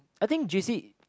I think j_c